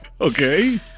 Okay